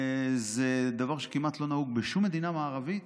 זה דבר שכמעט לא נהוג בשום מדינה מערבית.